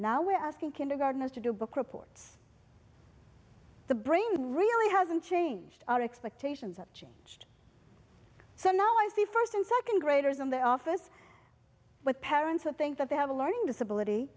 now we're asking kindergartners to do book reports the brain really hasn't changed our expectations have changed so now is the first and second graders in the office with parents who think that they have a learning disability